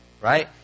right